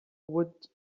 would